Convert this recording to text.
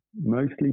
mostly